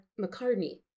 McCartney